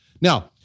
Now